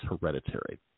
hereditary